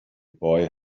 boy